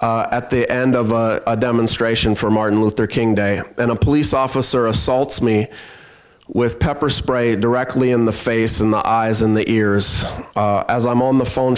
at the end of a demonstration for martin luther king day and a police officer assaults me with pepper spray directly in the face and the eyes and the ears as i'm on the phone